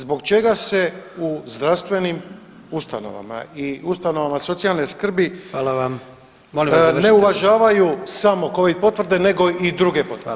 Zbog čega se u zdravstvenim ustanovama i ustanovama socijalne skrbi [[Upadica: Hvala vam, molim vas da držite]] ne uvažavaju samo covid potvrde, nego i druge potvrde?